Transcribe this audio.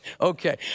Okay